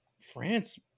France